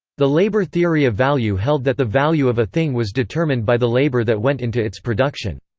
the labour theory of value held that the value of a thing was determined by the labour that went into its production.